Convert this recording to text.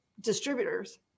distributors